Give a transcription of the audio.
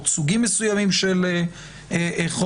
סוגים מסוימים של חומר.